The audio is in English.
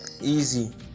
easy